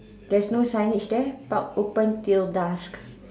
there's no signage there park open till dusk